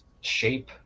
shape